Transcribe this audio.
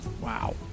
Wow